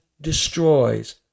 destroys